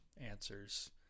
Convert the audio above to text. answers